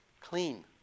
clean